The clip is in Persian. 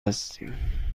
هستیم